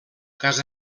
cas